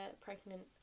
pregnant